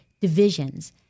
divisions